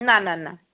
না না না